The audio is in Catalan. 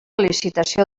licitació